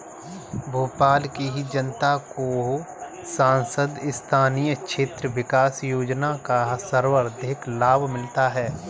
भोपाल की जनता को सांसद स्थानीय क्षेत्र विकास योजना का सर्वाधिक लाभ मिला है